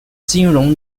金融